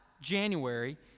January